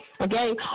okay